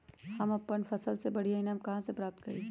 हम अपन फसल से बढ़िया ईनाम कहाँ से प्राप्त करी?